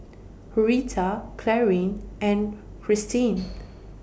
Rheta Clarine and Christen